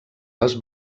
les